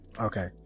okay